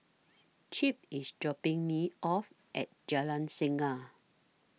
Chip IS dropping Me off At Jalan Singa